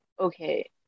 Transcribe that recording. okay